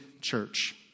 church